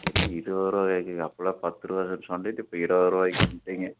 என்ன இருபதுரூவா கேட்குறீங்க அப்போலாம் பத்துரூவாதான்னு சொல்லிவிட்டு இப்போ இருபதுரூவாக்கு வந்துட்டீங்க